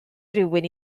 rywun